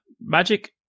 magic